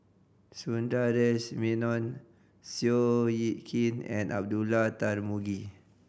Sundaresh Menon Seow Yit Kin and Abdullah Tarmugi